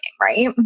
Right